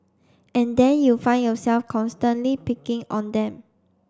and then you find yourself constantly picking on them